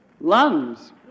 Lungs